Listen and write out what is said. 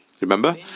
Remember